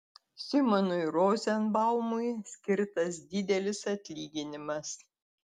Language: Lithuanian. simonui rozenbaumui skirtas didelis atlyginimas